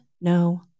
no